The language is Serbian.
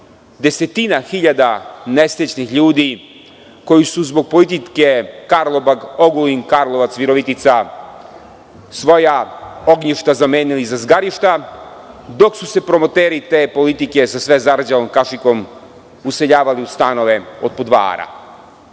desetina hiljada nesrećnih ljudi koji su zbog politike Karlobag-Ogulin-Karlovac-Virovitica svoja ognjišta zamenili za zgarišta, dok su se promoteri te politike sa sve zarđalom kašikom useljavali u stanove od po dva ara.